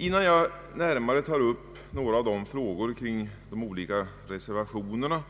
Innan jag närmare tar upp några av de frågor kring de olika reservationerna